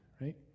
right